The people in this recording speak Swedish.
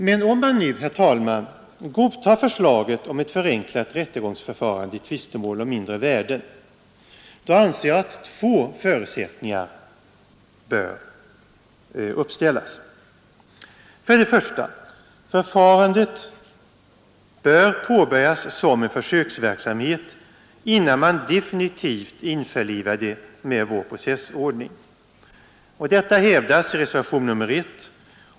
Men om man nu, herr talman, godtar förslaget om ett förenklat rättegångsförfarande i tvistemål om mindre värden anser jag att två förutsättningar bör uppställas. För det första bör förfarandet påbörjas som en försöksverksamhet innan man definitivt införlivar det med vår processordning. Detta hävdas i reservationen 1.